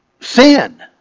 sin